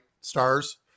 stars